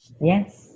Yes